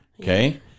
Okay